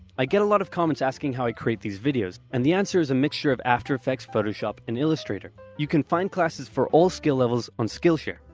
i get a lot of comments asking how i create these videos, and the answer is a mixture of after effects, photoshop and illustrator. you can find classes for all skill levels on skillshare.